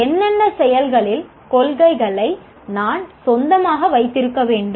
என்னென்ன செயல்களின் கொள்கைகளை நான் சொந்தமாக வைத்திருக்க வேண்டும்